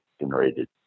generated